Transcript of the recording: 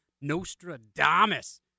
Nostradamus